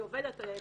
היא עובדת,